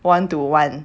one to one